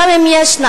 גם אם ישנה.